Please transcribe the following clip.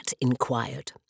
inquired